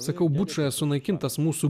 sakau bučui sunaikintas mūsų